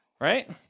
right